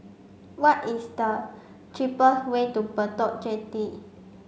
what is the cheapest way to Bedok Jetty